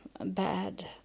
bad